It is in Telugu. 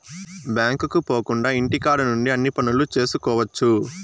బ్యాంకుకు పోకుండా ఇంటికాడ నుండి అన్ని పనులు చేసుకోవచ్చు